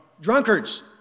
drunkards